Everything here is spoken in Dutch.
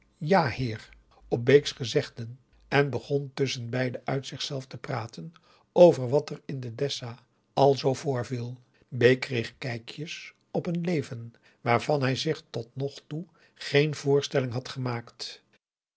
ja heer op bake's gezegden en begon tusschenbeide uit zichzelf te praten over wat er in de dessa al zoo voorviel bake kreeg kijkjes op een leven waarvan hij zich tot nog toe geen voorstelling had gemaakt